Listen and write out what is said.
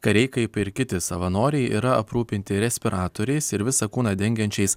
kariai kaip ir kiti savanoriai yra aprūpinti respiratoriais ir visą kūną dengiančiais